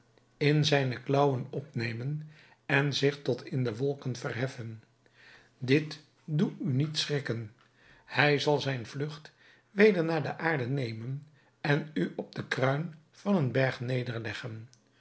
in zijne klaauwen opnemen en zich tot in de wolken verheffen dit doe u niet schrikken hij zal zijne vlugt weder naar de aarde nemen en u op de kruin van een berg nederleggen